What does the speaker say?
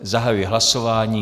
Zahajuji hlasování.